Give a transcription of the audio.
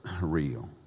real